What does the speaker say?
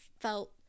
felt